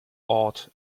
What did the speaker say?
awed